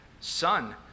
Son